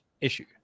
issue